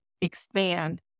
expand